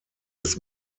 des